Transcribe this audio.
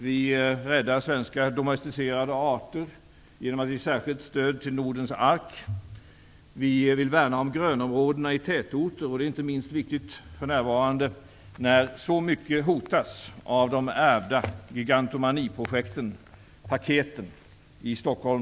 Vi räddar svenska domesticerade arter genom att ge särskilt stöd till Nordens Ark. Vi vill värna om grönområdena i tätorter. Det är inte minst viktigt för närvarande när så mycket hotas av de ärvda gigantomaniprojekten, paketen, i Stockholm,